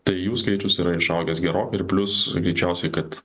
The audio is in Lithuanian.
tai jų skaičius yra išaugęs gerokai ir plius greičiausiai kad